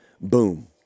boom